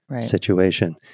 situation